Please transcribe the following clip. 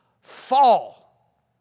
fall